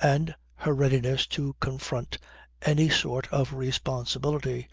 and her readiness to confront any sort of responsibility,